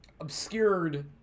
obscured